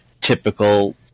typical